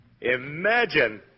Imagine